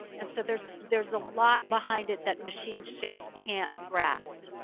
and so there's there's a lot behind it that machines just can't grasp.